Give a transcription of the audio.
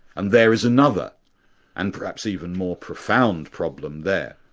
and there is another and perhaps even more profound problem there,